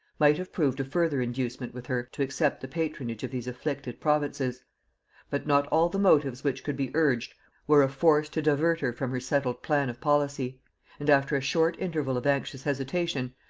might have proved a further inducement with her to accept the patronage of these afflicted provinces but not all the motives which could be urged were of force to divert her from her settled plan of policy and after a short interval of anxious hesitation,